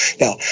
Now